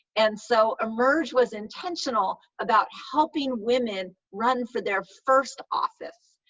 and so emerge was intentional about helping women run for their first office,